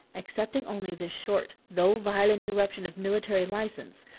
excepting only this short, though violent eruption of military license,